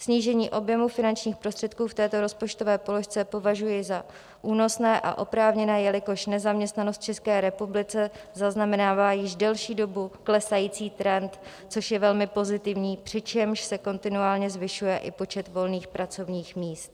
Snížení objemu finančních prostředků v této rozpočtové položce považuji za únosné a oprávněné, jelikož nezaměstnanost v České republice zaznamenává již delší dobu klesající trend, což je velmi pozitivní, přičemž se kontinuálně zvyšuje i počet volných pracovních míst,